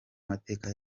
mateka